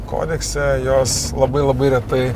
kodekse jos labai labai retai